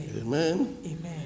Amen